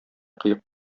кыек